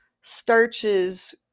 starches